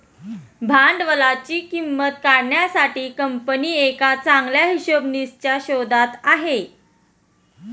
भांडवलाची किंमत काढण्यासाठी कंपनी एका चांगल्या हिशोबनीसच्या शोधात आहे